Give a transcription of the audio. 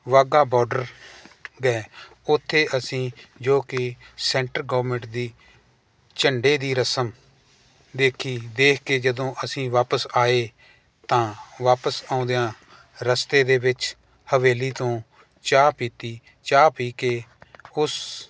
Wagah border ਗਏ ਉੱਥੇ ਅਸੀਂ ਜੋ ਕਿ ਸੈਂਟਰ ਗੌਮੈਂਟ ਦੀ ਝੰਡੇ ਦੀ ਰਸਮ ਦੇਖੀ ਦੇਖ ਕੇ ਜਦੋਂ ਅਸੀਂ ਵਾਪਿਸ ਆਏ ਤਾਂ ਵਾਪਿਸ ਆਉਂਦਿਆਂ ਰਸਤੇ ਦੇ ਵਿੱਚ ਹਵੇਲੀ ਤੋਂ ਚਾਹ ਪੀਤੀ ਚਾਹ ਪੀ ਕੇ ਉਸ